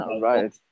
Right